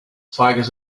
tigers